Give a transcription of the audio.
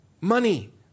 money